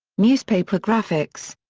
newspaper graphics.